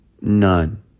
None